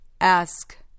Ask